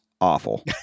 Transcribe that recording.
awful